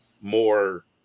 more